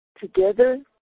Together